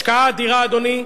השקעה אדירה, אדוני,